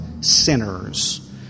sinners